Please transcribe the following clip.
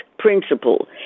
Principle